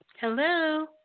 hello